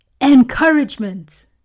Encouragement